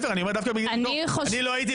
אז את לא יודעת